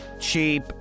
Cheap